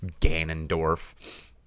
Ganondorf